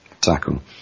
tackle